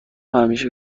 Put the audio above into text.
همیشه